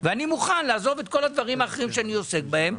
אני מוכן לעזוב את כל הדברים האחרים שאני עוסק בהם,